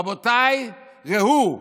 רבותיי, והוא,